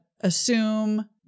assume